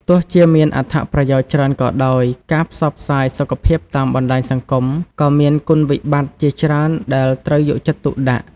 ទោះជាមានអត្ថប្រយោជន៍ច្រើនក៏ដោយ ការផ្សព្វផ្សាយសុខភាពតាមបណ្តាញសង្គមក៏មានគុណវិបត្តិជាច្រើនដែលត្រូវយកចិត្តទុកដាក់។